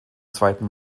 zweiten